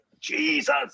Jesus